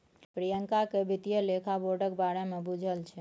प्रियंका केँ बित्तीय लेखा बोर्डक बारे मे बुझल छै